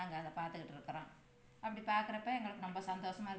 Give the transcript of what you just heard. நாங்கள் அதை பார்த்துகிட்ருக்குறோம் அப்படி பார்க்கறப்ப எங்களுக்கு ரொம்ப சந்தோசமாக இருக்கு